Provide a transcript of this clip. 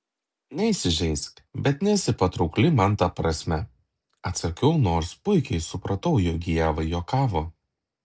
neįsižeisk bet nesi patraukli man ta prasme atsakiau nors puikiai supratau jog ieva juokavo